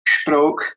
stroke